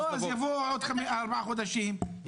אז יבואו בעוד ארבעה חודשים,